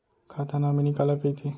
खाता नॉमिनी काला कइथे?